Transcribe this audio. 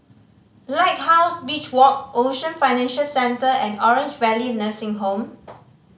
Lighthouse Beach Walk Ocean Financial Centre and Orange Valley Nursing Home